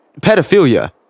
pedophilia